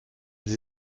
sie